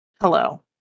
hello